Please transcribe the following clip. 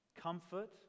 comfort